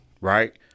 right